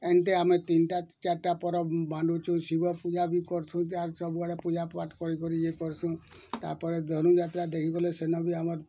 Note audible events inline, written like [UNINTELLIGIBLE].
ଏମ୍ତି ଆମେ ତିନ୍ଟା ଚାର୍ଟା ପରବ୍ ମାନୁଛୁ ଶିବ ପୂଜା ବି କରୁଛୁ [UNINTELLIGIBLE] ସବୁଆଡ଼େ ପୂଜାପାଠ୍ କରିକରି ୟେ କର୍ସୁଁ ତାପରେ ଧନୁଯାତ୍ରା ଦେଖିଗଲେ ସେନ ଭି ଆମର୍